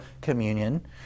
communion